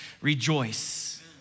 rejoice